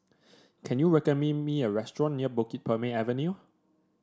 can you recommend me a restaurant near Bukit Purmei Avenue